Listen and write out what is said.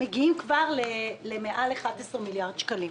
מגיעים כבר למעל ל-11 מיליארד שקלים.